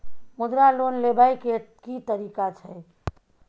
मुद्रा लोन लेबै के की तरीका छै?